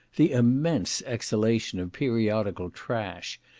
the immense exhalation of periodical trash,